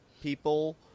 people